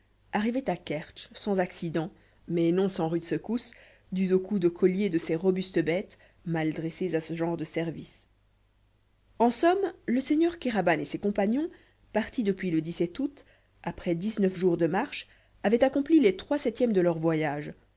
arrivait à kertsch sans accidents mais non sans rudes secousses dues aux coups de colliers de ces robustes bêtes mal dressées à ce genre de service en somme le seigneur kéraban et ses compagnons partis depuis le août après dix-neuf jours de marche avaient accompli les trois septièmes de leur voyage